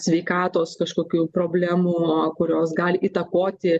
sveikatos kažkokių problemų kurios gali įtakoti